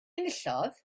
enillodd